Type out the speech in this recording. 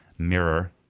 Mirror